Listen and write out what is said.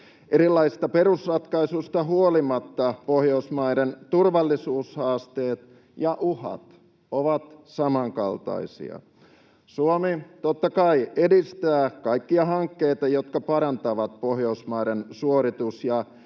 Erilaisista perusratkaisuista huolimatta Pohjoismaiden turvallisuushaasteet ja uhat ovat samankaltaisia. Suomi, totta kai, edistää kaikkia hankkeita, jotka parantavat Pohjoismaiden suoritus-